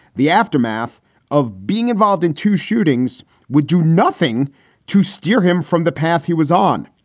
the aftermath of being involved in two shootings would do nothing to steer him from the path he was on.